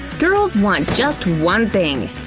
girls want just one thing.